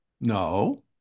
No